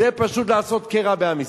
זה פשוט לעשות קרע בעם ישראל.